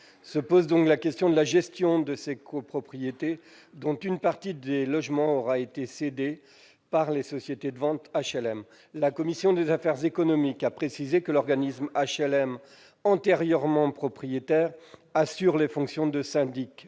Se pose la question de la gestion de ces copropriétés dont une partie des logements aura été cédée par les sociétés de vente d'HLM. La commission des affaires économiques a précisé que l'organisme HLM antérieurement propriétaire assure les fonctions de syndic,